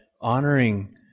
honoring